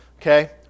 Okay